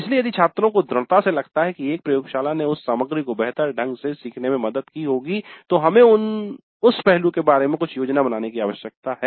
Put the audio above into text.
इसलिए यदि छात्रों को दृढ़ता से लगता है कि एक प्रयोगशाला ने उस सामग्री को बेहतर ढंग से सीखने में मदद की होगी तो हमें उस पहलू के बारे में कुछ योजना बनाने की आवश्यकता है